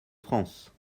france